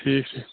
ٹھیٖک چھُ